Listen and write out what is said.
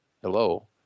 Hello